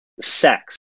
Sex